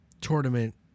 tournament